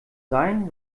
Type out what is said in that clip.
sein